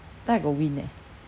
that time I got win eh